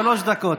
שלוש דקות.